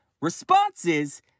responses